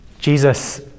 Jesus